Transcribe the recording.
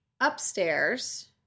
Upstairs